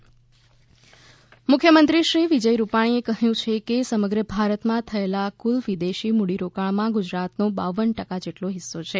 મુખ્યમંત્રી મુખ્યમંત્રી શ્રી વિજય રૂપાણીએ કહ્યું છે કે સમગ્ર ભારતમાં થયેલા કુલ વિદેશી મૂડીરોકાણમાં ગુજરાતનો બાવન ટકા જેટલો હિસ્સો છે